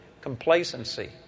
complacency